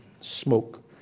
smoke